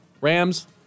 Rams